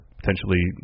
potentially